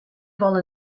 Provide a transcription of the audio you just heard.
wolle